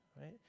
right